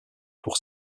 pour